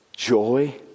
Joy